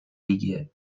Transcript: دیگه